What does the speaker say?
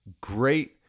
great